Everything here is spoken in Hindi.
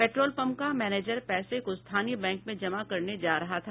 पेट्रोल पम्प का मैनेजर पैसे को स्थानीय बैंक में जमा करने जा रहा था